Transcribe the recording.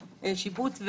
והשיבוץ.